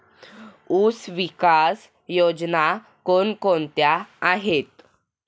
ऊसविकास योजना कोण कोणत्या आहेत?